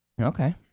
Okay